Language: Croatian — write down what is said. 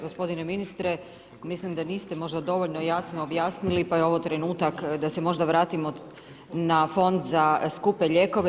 Gospodine ministre, mislim da niste možda dovoljno jasno objasnili pa je ovo trenutak da se možda vratimo na fond za skupe lijekove.